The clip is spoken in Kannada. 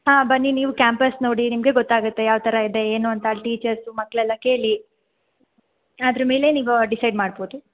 ಹಾಂ ಬನ್ನಿ ನೀವು ಕ್ಯಾಂಪಸ್ ನೋಡಿ ನಿಮಗೇ ಗೊತ್ತಾಗುತ್ತೆ ಯಾವ ಥರ ಇದೆ ಏನು ಅಂತ ಅಲ್ಲಿ ಟೀಚರ್ಸು ಮಕ್ಕಳೆಲ್ಲ ಕೇಳಿ ಅದ್ರ ಮೇಲೆ ನೀವು ಡಿಸೈಡ್ ಮಾಡ್ಬೋದು